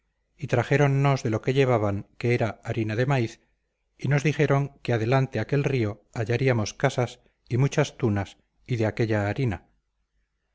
y trajéronnos de lo que llevaban que era harina de maíz y nos dijeron que adelante en aquel río hallaríamos casas y muchas tunas y de aquella harina